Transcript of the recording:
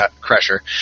Crusher